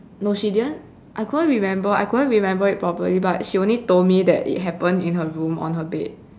no she didn't I couldn't remember I couldn't remember it properly but she only told me that it happened in her room on her bed